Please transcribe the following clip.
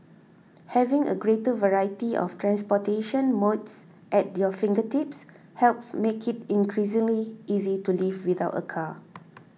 having a greater variety of transportation modes at your fingertips helps make it increasingly easy to live without a car